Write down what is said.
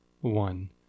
one